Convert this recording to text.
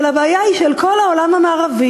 אבל הבעיה היא של כל העולם המערבי,